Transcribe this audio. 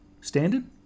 Standard